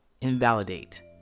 invalidate